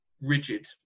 rigid